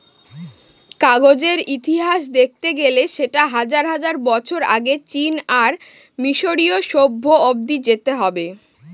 কাগজের ইতিহাস দেখতে গেলে সেটা হাজার হাজার বছর আগে চীন আর মিসরীয় সভ্য অব্দি যেতে হবে